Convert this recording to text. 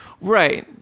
right